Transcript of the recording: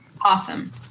Awesome